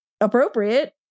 appropriate